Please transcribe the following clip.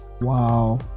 wow